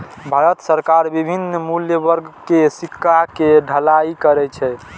भारत सरकार विभिन्न मूल्य वर्ग के सिक्का के ढलाइ करै छै